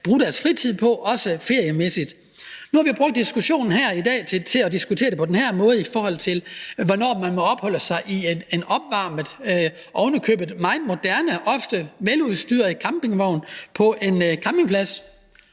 bruge deres fritid på, også feriemæssigt. Nu har vi i diskussionen i dag diskuteret, hvornår man må opholde sig i en opvarmet og ovenikøbet meget moderne og ofte veludstyret campingvogn på en campingplads.